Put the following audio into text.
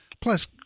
Plus